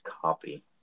copy